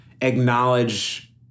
acknowledge